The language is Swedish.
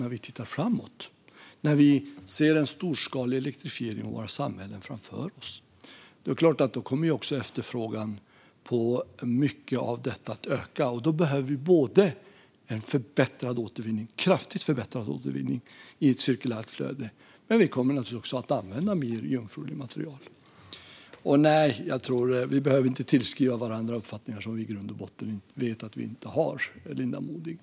När vi tittar framåt ser vi en storskalig elektrifiering av våra samhällen. Det är klart att efterfrågan på mycket av detta då kommer att öka. Då behöver vi en kraftigt förbättrad återvinning i ett cirkulärt flöde, men vi kommer naturligtvis också att använda mer jungfruligt material. Vi behöver inte tillskriva varandra uppfattningar som vi i grund och botten vet inte stämmer, Linda Modig.